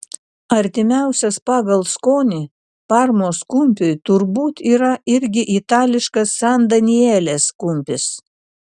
artimiausias pagal skonį parmos kumpiui turbūt yra irgi itališkas san danielės kumpis